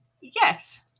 Yes